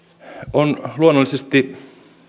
on luonnollisesti